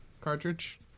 cartridge